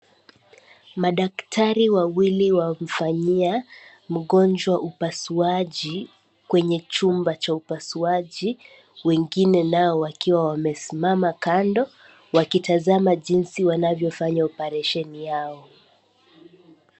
Madaktari wawili wamfanyia mgonjwa upasuaji kwenye chumba cha upasuaji. Wengine nao wakiwa wamesimama kando, wakitazama jinsi wanavyofanya opereshani yao.